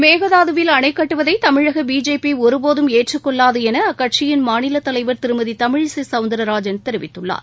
மேகதாதுவில் அணை கட்டுவதை தமிழக பிஜேபி ஒருபோதும் ஏற்றுக்கொள்ளாது என அக்கட்சியின் மாநில தலைவர் திருமதி தமிழிசை சவுந்தராஜன் தெரிவித்துள்ளார்